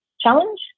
challenge